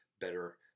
better